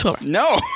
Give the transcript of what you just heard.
No